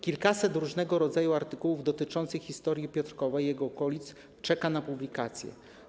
Kilkaset różnego rodzaju artykułów dotyczących historii Piotrkowa i jego okolic czeka na publikacje.